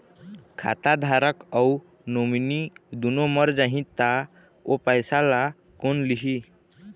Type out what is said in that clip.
खाता धारक अऊ नोमिनि दुनों मर जाही ता ओ पैसा ला कोन लिही?